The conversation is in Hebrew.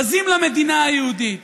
בזים למדינה היהודית,